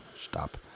Stop